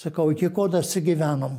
sakau iki ko dasigyvenom